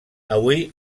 avui